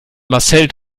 marcel